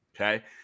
okay